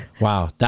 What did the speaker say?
Wow